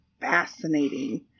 fascinating